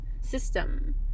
system